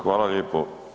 Hvala lijepo.